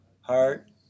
heart